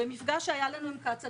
במפגש שהיה לנו עם קצא"א,